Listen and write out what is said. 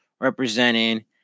representing